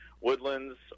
woodlands